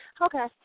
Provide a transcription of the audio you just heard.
Okay